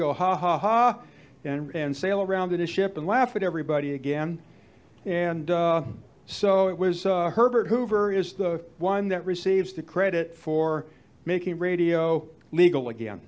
go ha ha ha and sail around the ship and laugh at everybody again and so it was herbert hoover is the one that receives the credit for making radio legal again